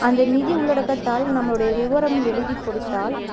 அந்த நிதி உள்ளடக்கத் தாள் நம்மளுடைய விவரம் எழுதிக்கொடுத்தால்